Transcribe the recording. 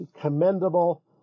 commendable